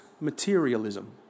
materialism